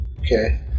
Okay